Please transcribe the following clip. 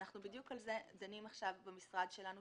בדיוק על זה אנחנו דנים עכשיו במשרד שלנו,